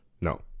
no